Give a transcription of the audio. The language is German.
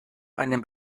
einem